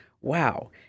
Wow